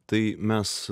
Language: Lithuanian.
tai mes